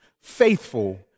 faithful